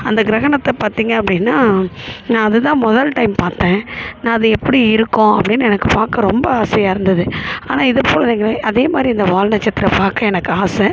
அந்த கிரகணத்தை பார்த்தீங்க அப்படின்னா நான் அது தான் முதல் டைம் பார்த்தேன் நான் அது எப்படி இருக்கும் அப்படின்னு எனக்கு பார்க்க ரொம்ப ஆசையாக இருந்தது ஆனால் இதை போல் எனக்கு வே அதேமாதிரி இந்த வால் நட்சத்திரம் பார்க்க எனக்கு ஆசை